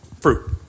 fruit